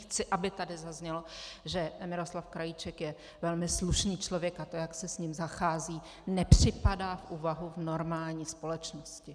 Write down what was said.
Chci, aby tady zaznělo, že Miroslav Krajíček je velmi slušný člověk a to, jak se s ním zachází, nepřipadá v úvahu v normální společnosti.